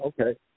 Okay